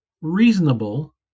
reasonable